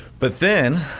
but then,